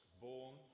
born